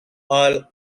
all